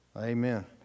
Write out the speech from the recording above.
Amen